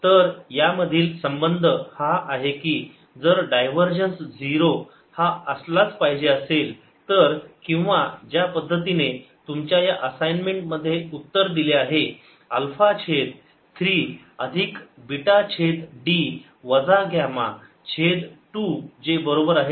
तर यामधील संबंध हा आहे की जर डायव्हरजन्स 0 हा असलाच पाहिजे असेल तर किंवा ज्या पद्धतीने तुमच्या या असाइनमेंट मध्ये उत्तर दिले आहे अल्फा छेद 3 अधिक बीटा छेद d वजा ग्यामा छेद 2 जे बरोबर आहे 0